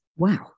Wow